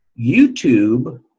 YouTube